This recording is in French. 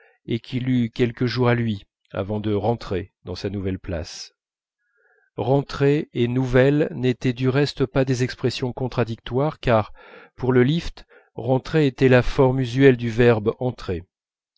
et qu'il eût quelques jours à lui avant de rentrer dans sa nouvelle place rentrer et nouvelle n'étaient du reste pas des expressions contradictoires car pour le lift rentrer était la forme usuelle du verbe entrer